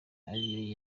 ari